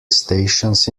stations